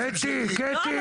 קטי, קטי, סבלנות.